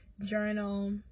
journal